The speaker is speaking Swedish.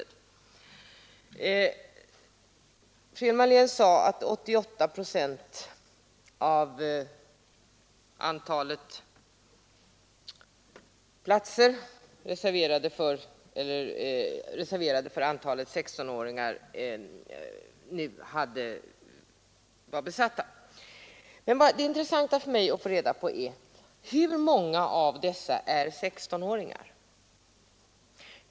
Fru Hjelm-Wallén sade att 88 procent av de platser som är reserverade för 16-åringarna nu är besatta. Men vad som är det intressanta för mig att få reda på är hur många av de eleverna som är 16-åringar.